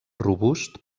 robust